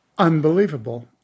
Unbelievable